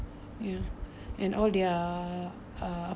ya and all their uh